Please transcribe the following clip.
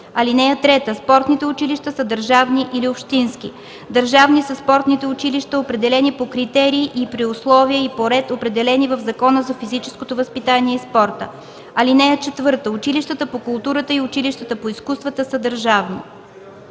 (3) Спортните училища са държавни или общински. Държавни са спортните училища, определени по критерии и при условия и по ред, определени в Закона за физическото възпитание и спорта. (4) Училищата по културата и училищата по изкуствата са държавни.”